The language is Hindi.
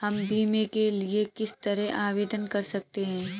हम बीमे के लिए किस तरह आवेदन कर सकते हैं?